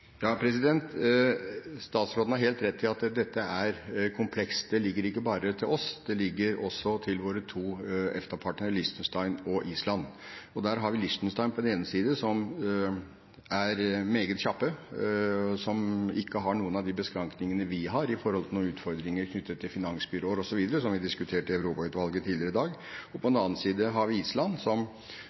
Statsråden har helt rett i at dette er komplekst. Det ligger ikke bare til oss, det ligger også til våre to EFTA-partnere Liechtenstein og Island. Der har vi Liechtenstein på den ene siden som er meget kjapp, som ikke har noen av de beskrankningene vi har når det gjelder utfordringer knyttet til finansbyråer osv., som vi diskuterte i Europautvalget tidligere i dag, og på den annen side har vi Island, som